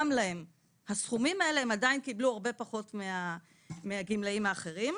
להם הסכומים האלה הם עדיין קיבלו הרבה פחות מהגמלאים האחרים.